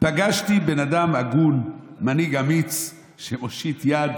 פגשתי בן אדם הגון ומנהיג אמיץ שמושיט יד